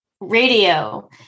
radio